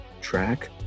track